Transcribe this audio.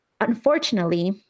Unfortunately